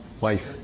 Wife